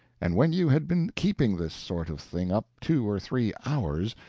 and when you had been keeping this sort of thing up two or three hours,